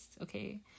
okay